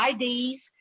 IDs